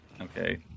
Okay